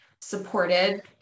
supported